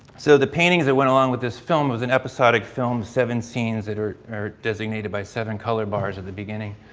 so, the paintings that went along with this film was an episodic film seven scenes that are are designated by seven color bars at the beginning.